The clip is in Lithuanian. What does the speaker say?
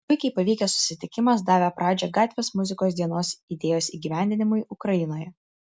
puikiai pavykęs susitikimas davė pradžią gatvės muzikos dienos idėjos įgyvendinimui ukrainoje